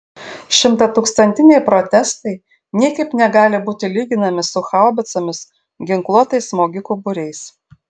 šimtatūkstantiniai protestai niekaip negali būti lyginami su haubicomis ginkluotais smogikų būriais